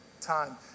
time